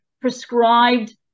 prescribed